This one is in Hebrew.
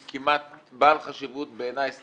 כמעט בעל חשיבות בעיניי אסטרטגית.